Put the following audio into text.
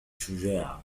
شجاع